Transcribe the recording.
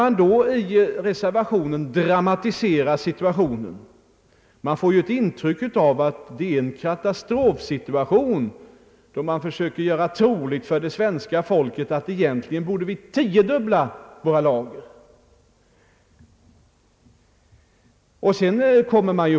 I reservationen dramatiseras situationen, Man ger ju ett intryck av att det är en katastrofsituation och försöker göra troligt för svenska folket att vi egentligen borde tiodubbla våra beredskapslager.